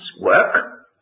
work